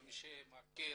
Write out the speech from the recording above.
כמי שמכיר,